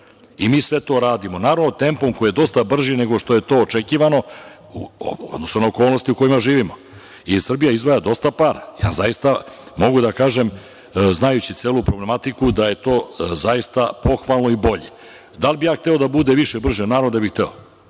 i mi sve to radimo. Naravno, tempom koji je dosta brži nego što je to očekivano u odnosu na okolnosti u kojima živimo, jer Srbija izdvaja dosta para. Zaista mogu da kažem, znajući celu problematiku da je to zaista pohvalno i bolje. Da li bi ja hteo da bude više, brže? Naravno, da bih hteo